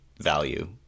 value